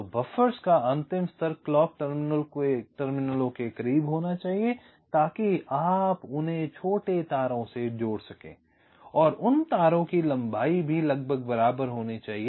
तो बफ़र्स का अंतिम स्तर क्लॉक टर्मिनलों के करीब होना चाहिए ताकि आप उन्हें छोटे तारों से जोड़ सकें और उन तारों की लंबाई भी लगभग बराबर होनी चाहिए